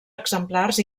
exemplars